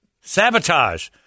Sabotage